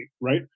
right